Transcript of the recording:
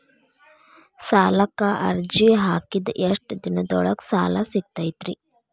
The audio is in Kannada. ಸಾಲಕ್ಕ ಅರ್ಜಿ ಹಾಕಿದ್ ಎಷ್ಟ ದಿನದೊಳಗ ಸಾಲ ಸಿಗತೈತ್ರಿ?